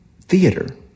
theater